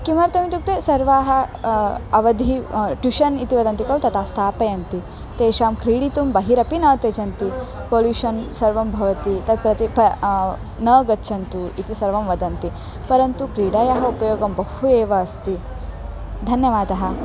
किमर्तम् इत्युक्ते सर्वाः अवधिः ट्युशन् इति वदन्ति खलु तथा स्थापयन्ति तेषां क्रीडितुं बहिरपि न त्यजन्ति पोल्यूषन् सर्वं भवति तत् प्रति न गच्छन्तु इति सर्वं वदन्ति परन्तु क्रीडायाः उपयोगं बहु एव अस्ति धन्यवादः